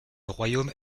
royaume